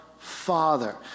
Father